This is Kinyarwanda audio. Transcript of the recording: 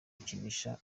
gukinisha